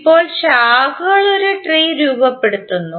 ഇപ്പോൾ ശാഖകൾ ഒരു ട്രീ രൂപപ്പെടുത്തുന്നു